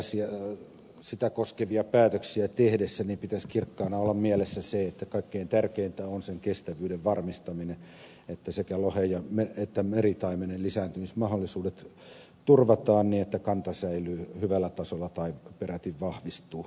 tällaisia sitä koskevia päätöksiä tehdessä pitäisi kirkkaana olla mielessä se että kaikkein tärkeintä on sen kestävyyden varmistaminen että sekä lohen että meritaimenen lisääntymismahdollisuudet turvataan niin että kanta säilyy hyvällä tasolla tai peräti vahvistuu